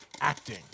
acting